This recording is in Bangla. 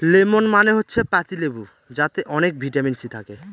লেমন মানে হচ্ছে পাতি লেবু যাতে অনেক ভিটামিন সি থাকে